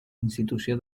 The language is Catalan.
institució